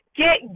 get